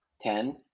Ten